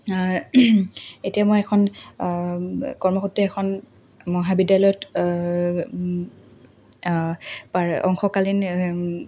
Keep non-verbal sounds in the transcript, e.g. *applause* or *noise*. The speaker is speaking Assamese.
এতিয়া মই এখন কৰ্মসূত্ৰে এখন মহাবিদ্যালয়ত *unintelligible* অংশকালীন